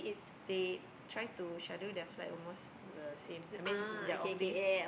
they trying to schedule their side almost the same I mean their off days